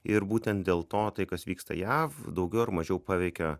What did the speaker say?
ir būtent dėl to tai kas vyksta jav daugiau ar mažiau paveikia